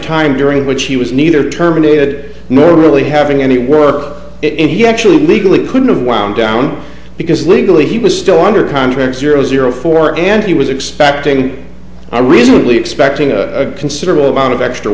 time during which he was neither terminated nor really having any work if he actually legally couldn't have wound down because legally he was still under contract zero zero four and he was expecting i reasonably expecting a considerable amount of extra